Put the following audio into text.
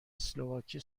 اسلواکی